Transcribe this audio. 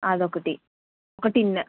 అదొకటి ఒక టిన్